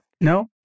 No